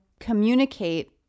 communicate